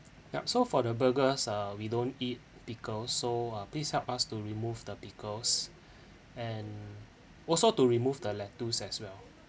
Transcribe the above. yup so for the burgers uh we don't eat pickles so uh please help us to remove the pickles and also to remove the lettuce as well